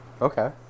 Okay